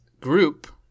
group